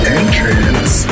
entrance